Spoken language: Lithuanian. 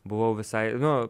buvau visai nu